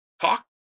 Talk